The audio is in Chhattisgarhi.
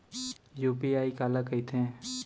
यू.पी.आई काला कहिथे?